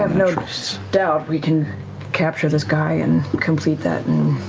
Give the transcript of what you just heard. have no doubt we can capture this guy and complete that and